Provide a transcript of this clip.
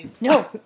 No